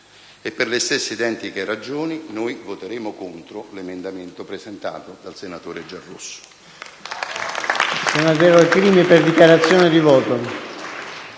Per le stesse identiche ragioni, noi voteremo contro l'emendamento presentato dal senatore Giarrusso.